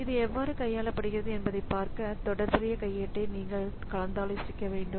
இது எவ்வாறு கையாளப்படுகிறது என்பதைப் பார்க்க தொடர்புடைய கையேட்டை நீங்கள் கலந்தாலோசிக்க வேண்டும்